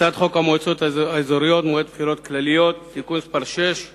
הצעת חוק המועצות האזוריות (מועד בחירות כלליות) (תיקון מס' 6),